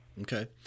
Okay